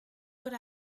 what